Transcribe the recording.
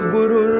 Guru